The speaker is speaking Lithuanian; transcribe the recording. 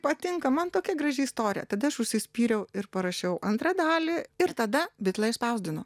patinka man tokia graži istorija tada aš užsispyriau ir parašiau antrą dalį ir tada bitlą išspausdino